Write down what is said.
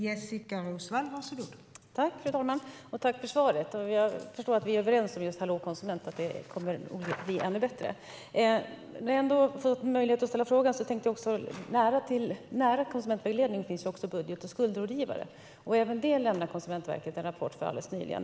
Fru talman! Tack för svaret! Jag förstår att vi är överens om just Hallå konsument och att det kommer att bli ännu bättre. När jag ändå får möjlighet att ställa en fråga till tänkte jag på att nära konsumentvägledningen finns också budget och skuldrådgivare. Även dessa lämnade Konsumentverket en rapport om alldeles nyligen.